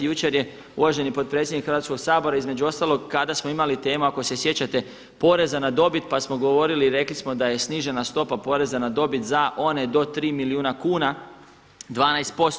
Jučer je uvaženi potpredsjednik Hrvatskog sabora između ostalog kada smo imali temu, ako se sjećate poreza na dobit pa smo govorili i rekli smo da je snižena stopa poreza na dobit za one do 3 milijuna kuna 12%